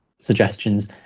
suggestions